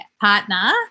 partner